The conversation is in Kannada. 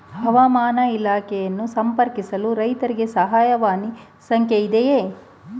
ಹವಾಮಾನ ಇಲಾಖೆಯನ್ನು ಸಂಪರ್ಕಿಸಲು ರೈತರಿಗೆ ಸಹಾಯವಾಣಿ ಸಂಖ್ಯೆ ಇದೆಯೇ?